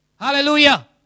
Hallelujah